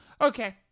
Okay